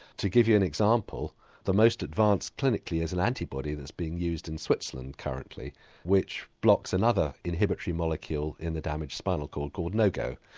to give you an example the most advanced clinically as an antibody that's being used in switzerland currently which blocks another inhibitory molecule in the damaged spinal cord called nogo,